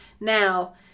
Now